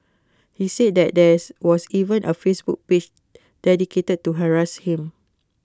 he said that there was even A Facebook page dedicated to harass him